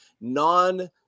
non